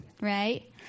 right